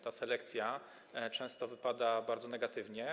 Ta selekcja często wypada bardzo negatywnie.